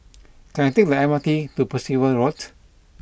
can I take the M R T to Percival Road